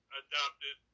adopted